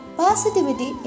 positivity